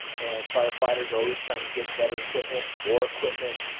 and firefighters are always trying to get better equipment, more equipment.